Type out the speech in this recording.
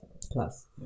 plus